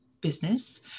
business